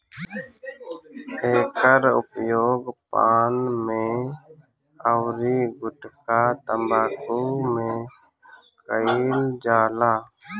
एकर उपयोग पान में अउरी गुठका तम्बाकू में कईल जाला